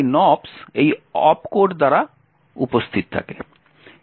তাই nops এই opcode দ্বারা উপস্থিত থাকে